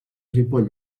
ripoll